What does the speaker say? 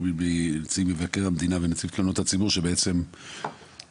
נציג מבקר המדינה ונציב תלונות הציבור שבעצם פעל.